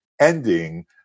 ending